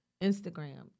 Instagram